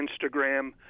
instagram